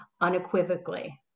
unequivocally